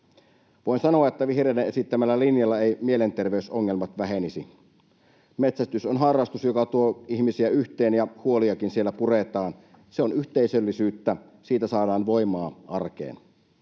Voin sanoa, että vihreiden esittämällä linjalla eivät mielenterveysongelmat vähenisi. Metsästys on harrastus, joka tuo ihmisiä yhteen, ja huoliakin siellä puretaan. Se on yhteisöllisyyttä. Siitä saadaan voimaa arkeen.